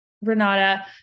Renata